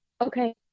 Okay